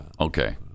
okay